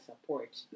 support